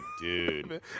dude